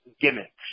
gimmicks